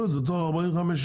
בסדר, הם יעשו את זה תוך 45 יום.